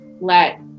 let